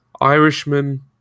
irishman